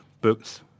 books